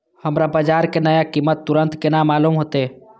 हमरा बाजार के नया कीमत तुरंत केना मालूम होते?